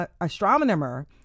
astronomer